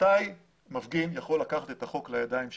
מתי מפגין יכול לקחת את החוק לידיים שלו.